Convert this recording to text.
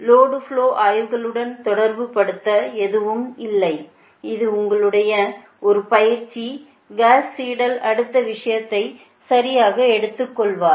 load ஃப்லோ ஆய்வுகளுடன் தொடர்புபடுத்த எதுவும் இல்லை இது உங்களுக்கு ஒரு பயிற்சி காஸ் சீடல் அடுத்த விஷயத்தை சரியாக எடுத்துக்கொள்வார்